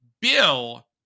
bill